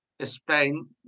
Spain